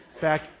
Back